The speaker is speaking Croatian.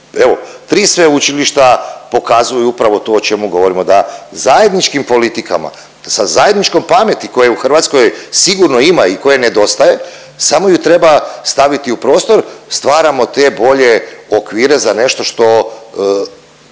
tri sveučilišta pokazuju upravo to o čemu govorimo da zajedničkim politikama, sa zajedničkom pameti koje u Hrvatskoj sigurno ima i koje nedostaje, samo ju treba staviti u prostor, stvaramo te bolje okvire za nešto što